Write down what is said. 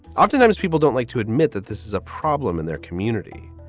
often times people don't like to admit that this is a problem in their community.